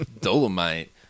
Dolomite